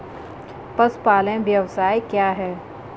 पशुपालन व्यवसाय क्या है?